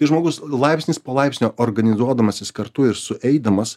tai žmogus laipsnis po laipsnio organizuodamas jis kartu sueidamas